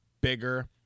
bigger